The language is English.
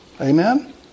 Amen